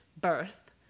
birth